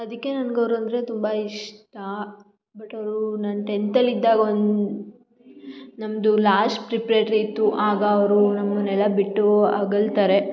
ಅದಕ್ಕೆ ನನ್ಗೆ ಅವರಂದ್ರೆ ತುಂಬ ಇಷ್ಟ ಬಟ್ ಅವರು ನಾನು ಟೆಂತಲ್ಲಿ ಇದ್ದಾಗ ಒಂದು ನಮ್ಮದು ಲಾಸ್ಟ್ ಪ್ರಿಪ್ರೇಟ್ರಿ ಇತ್ತು ಆಗ ಅವರು ನಮ್ಮನೆಲ್ಲ ಬಿಟ್ಟು ಅಗಲ್ತಾರೆ